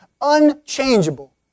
unchangeable